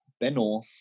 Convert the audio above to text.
Benno